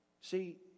See